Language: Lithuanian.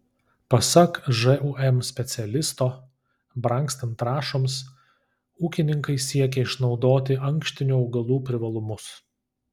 pasak žūm specialisto brangstant trąšoms ūkininkai siekia išnaudoti ankštinių augalų privalumus